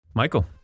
Michael